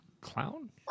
clown